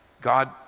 God